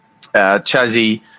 Chazzy